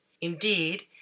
Indeed